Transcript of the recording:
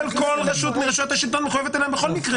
אבל כל רשות מרשויות השלטון מחויבת להם בכל מקרה.